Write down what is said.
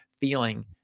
feeling